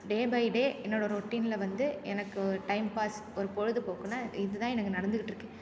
day by day என்னோட ரொட்டின்ல வந்து எனக்கு ஒரு டைம் பாஸ் ஒரு பொழுதுபோக்குனா இதுதான் எனக்கு நடந்துக்கிட்டிருக்கு